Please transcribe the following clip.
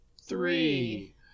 three